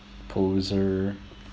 poser